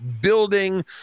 building